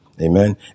Amen